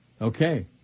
Okay